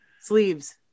sleeves